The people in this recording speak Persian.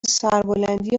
سربلندی